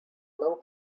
low